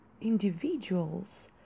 individuals